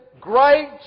great